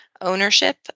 ownership